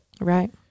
Right